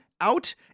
out